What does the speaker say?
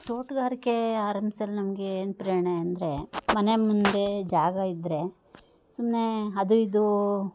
ತೋಟಗಾರಿಕೆ ಆರಂಭಿಸಲ್ ನಮಗೆ ಏನು ಪ್ರೇರಣೆ ಅಂದರೆ ಮನೆ ಮುಂದೆ ಜಾಗ ಇದ್ರೆ ಸುಮ್ಮನೆ ಅದು ಇದು